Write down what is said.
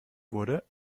wurde